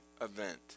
event